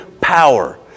power